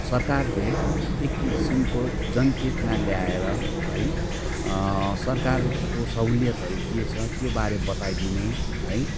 सरकारले एक किसिमको जनचेतना ल्याएर है सरकारको सहुलियतहरू के छ त्योबारे बताइदिने है